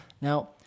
Now